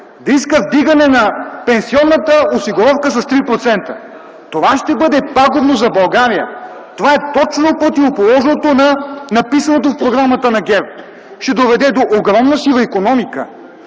да иска вдигане на пенсионната осигуровка с 3%? Това ще бъде пагубно за България. Това е точно противоположното на написаното в Програмата на ГЕРБ. Ще доведе до огромна сива икономика,